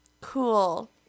Cool